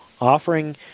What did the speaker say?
offering